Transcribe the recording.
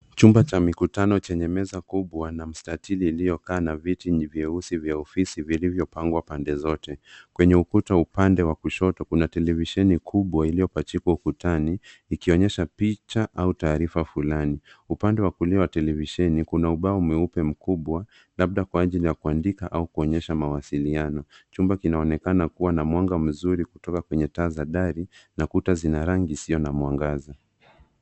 Chumba cha mikutano chenye meza kubwa na mstatili iliyokaa na viti ni vyeusi vya ofisi vilivyopangwa pande zote. Kwenye ukuta upande wa kushoto kuna televisheni kubwa iliyopachikwa ukutani ikionyesha picha au taarifa fulani. Upande wa kulia wa televisheni kuna ubao mweupe mkubwa, labda kwa ajili ya kuandika au kuonyesha mawasiliano. Chumba kinaonekana kuwa na mwanga mzuri kutoka kwenye taa za dari na kuta zina rangi isiyo na mwangaza.